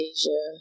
Asia